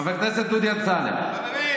אתה מבין?